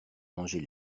manger